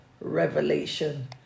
revelation